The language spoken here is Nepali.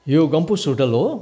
यो गम्फुस होटल हो